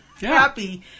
happy